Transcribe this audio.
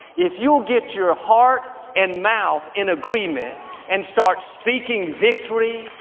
if you'll get your heart and mouth in agreement and start speaking victory,